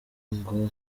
ngo